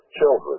children